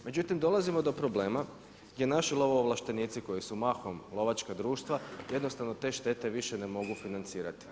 Međutim, dolazimo do problema, gdje naši lovoovlaštenici, koji su mahom lovačka društva, jednostavno te štete više ne mogu financirati.